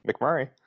McMurray